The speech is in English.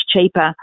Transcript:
cheaper